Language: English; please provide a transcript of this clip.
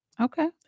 Okay